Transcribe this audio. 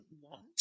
want